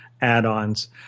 add-ons